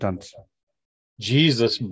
Jesus